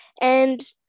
And-